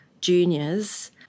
juniors